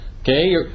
Okay